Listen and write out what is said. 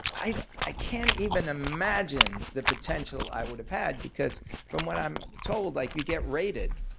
i i can't even imagine the potential i would have had because from what i'm told, like you get rated.